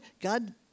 God